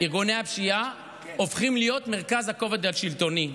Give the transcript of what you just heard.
ארגוני הפשיעה הופכים להיות מרכז הכובד השלטוני.